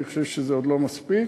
אני חושב שזה לא מספיק,